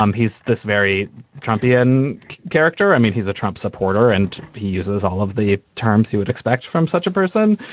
um he's this very trumpian character. i mean, he's a trump supporter and he uses all of the terms he would expect from such a person.